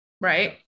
right